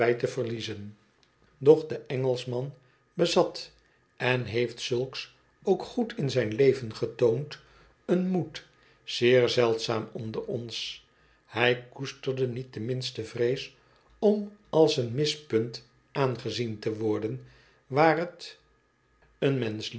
te verliezen doch de engclschman bezat en heeft zulks ook goed in zijn loven getoond een moed zeer zeldzaam onder ons hij koesterde niet de minste vrees om als een mispunt aangezien te worden waar het een menschlievend